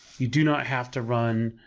you do not have to run